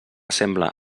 sembla